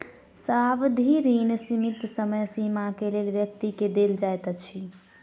सावधि ऋण सीमित समय सीमा के लेल व्यक्ति के देल जाइत अछि